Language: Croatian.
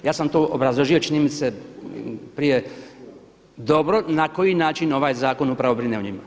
Ja sam to obrazložio čini mi se prije dobro na koji način ovaj zakon upravo brine o njima.